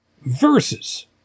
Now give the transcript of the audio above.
Versus